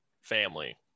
family